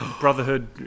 Brotherhood